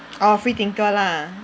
orh freethinker lah